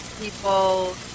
people